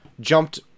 jumped